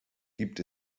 gibt